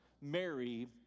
Mary